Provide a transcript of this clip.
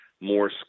more